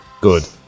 good